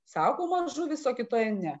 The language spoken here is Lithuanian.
saugomos žuvys o kitoje ne